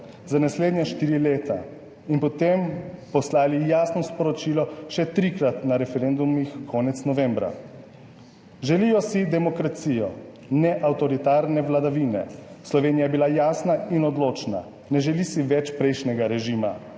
za naslednja štiri leta in potem poslali jasno sporočilo še trikrat na referendumih konec novembra. Želijo si demokracijo, ne avtoritarne vladavine. Slovenija je bila jasna in odločna, ne želi si več prejšnjega režima,